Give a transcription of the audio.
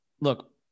look